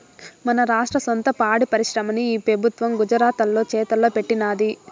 మన రాష్ట్ర సొంత పాడి పరిశ్రమని ఈ పెబుత్వం గుజరాతోల్ల చేతల్లో పెట్టినాది